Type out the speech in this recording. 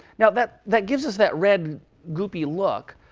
now, that that gives us that red goopy look.